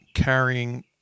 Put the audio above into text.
carrying